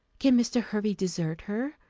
can mr. hervey desert her?